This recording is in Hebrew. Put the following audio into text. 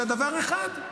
זה דבר אחד.